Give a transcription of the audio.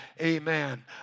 Amen